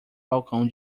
balcão